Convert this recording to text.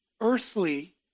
earthly